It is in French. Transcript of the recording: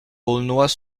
aulnois